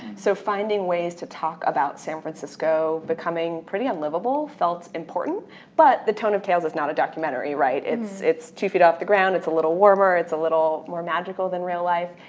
so finding ways to talk about san francisco becoming pretty unlivable felt important but the tone of tales is not a documentary, right? it's it's two feet off the ground. it's a little warmer. it's a little more magical than real life.